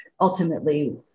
ultimately